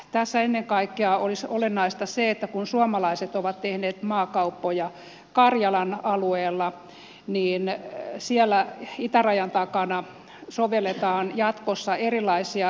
tässä ennen kaikkea olisi olennaista se että kun suomalaiset ovat tehneet maakauppoja karjalan alueella niin siellä itärajan takana sovelletaan jatkossa erilaisia rajamäärityksiä